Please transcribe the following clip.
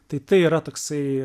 tai tai yra toksai